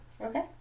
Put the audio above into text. Okay